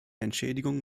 entschädigung